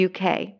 UK